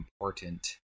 important